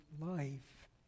life